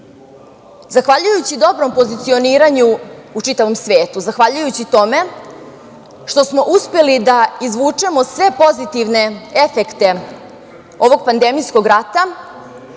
kulturu. Zahvaljujući dobrom pozicioniranju u čitavom svetu, zahvaljujući tome što smo uspeli da izvučemo sve pozitivne efekte ovog pandemijskog rata,